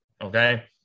Okay